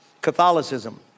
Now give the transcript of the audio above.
Catholicism